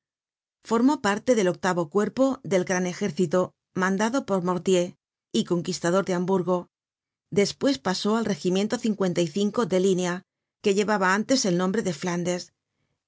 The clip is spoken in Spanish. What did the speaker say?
formó parte del octavo cuerpo del gran ejército mandado por mortier y conquistador de hamburgo despues pasó al regimiento de línea que llevaba antes el nombre de flandes